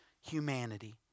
humanity